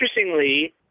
interestingly